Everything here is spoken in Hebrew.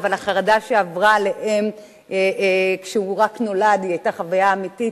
אבל החרדה שעברה עליהם כשהוא רק נולד היתה חוויה אמיתית,